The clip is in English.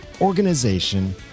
organization